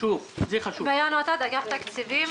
ביאן ותד, אגף תקציבים.